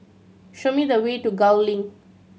show me the way to Gul Link